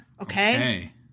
Okay